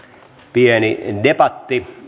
pieni debatti